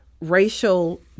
racial